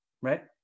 right